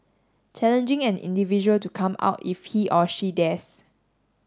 challenging an individual to come out if he or she dares